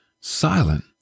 silent